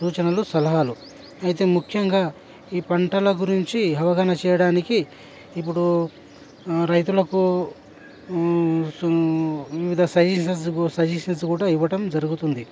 సూచనలు సలహాలు అయితే ముఖ్యంగా ఈ పంటల గురించి అవగాన చేయడానికి ఇప్పుడు రైతులకు వివిధ సజెషన్స్ కూడా ఇవ్వడం జరుగుతుంది